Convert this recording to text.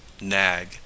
Nag